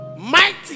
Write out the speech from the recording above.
Mighty